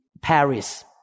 Paris